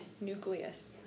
nucleus